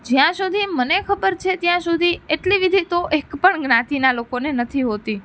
જ્યાં સુધી મને ખબર છે ત્યાં સુધી એટલી વિધિ તો એક પણ જ્ઞાતિના લોકોને નથી હોતી